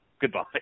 Goodbye